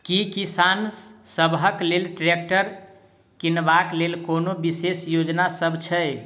की किसान सबहक लेल ट्रैक्टर किनबाक लेल कोनो विशेष योजना सब छै?